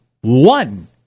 one